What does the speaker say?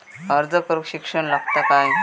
अर्ज करूक शिक्षण लागता काय?